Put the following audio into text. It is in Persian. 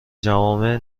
جوامع